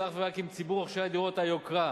אך ורק עם ציבור רוכשי דירות היוקרה.